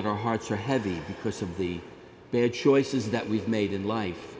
that our hearts are heavy because of the bad choices that we've made in life